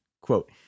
Quote